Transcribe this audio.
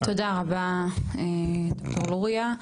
תודה רבה, ד"ר לוריא.